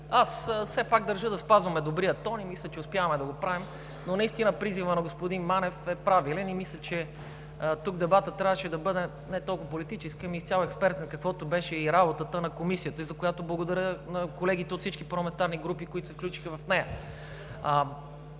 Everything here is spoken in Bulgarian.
Все пак държа да спазваме добрия тон и мисля, че успяваме да го правим, но наистина призивът на господин Манев е правилен. Тук дебатът трябваше да бъде не толкова политически, а изцяло експертен, каквато беше и работата на Комисията, за която благодаря на колегите от всички парламентарни групи, които се включиха в нея.